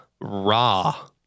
raw